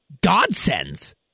godsends